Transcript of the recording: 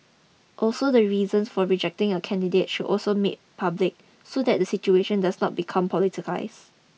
also the reasons for rejecting a candidate should also made public so that the situation does not become politicised